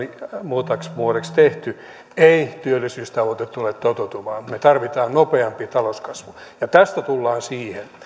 muutamaksi vuodeksi tehty ei työllisyystavoite tule toteutumaan me tarvitsemme nopeamman talouskasvun ja tästä tullaan siihen